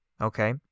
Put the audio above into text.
Okay